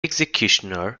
executioner